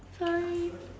sorry